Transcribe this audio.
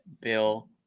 Bill